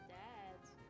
dad's